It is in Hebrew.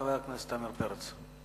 חבר הכנסת עמיר פרץ.